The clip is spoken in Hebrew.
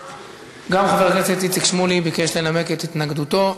גם חבר הכנסת איציק שמולי ביקש לנמק את התנגדותו.